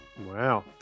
Wow